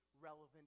relevant